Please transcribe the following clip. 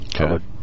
Okay